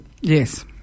Yes